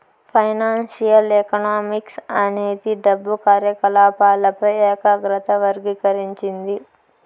financial economics అనేది డబ్బు కార్యకాలపాలపై ఏకాగ్రత వర్గీకరించింది